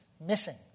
missing